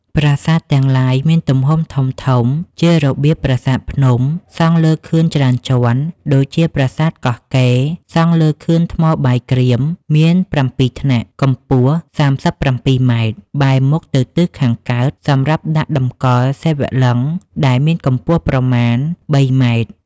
ប្រាសាទទាំងឡាយមានទំហំធំៗ ជារបៀបប្រសាទភ្នំ សង់លើខឿនច្រើនជាន់ដូចជាប្រាសាទកោះកេរ សង់លើខឿនថ្មបាយក្រៀម មាន៧ថ្នាក់ កម្ពស់ ៣៧ ម៉ែត្រ បែរមុខទៅទិសខាងកើត សម្រាប់ដាក់តម្កល់សិវលិង្គដែលមានកម្ពស់ប្រមាណ ៣ ម៉ែត្រ ។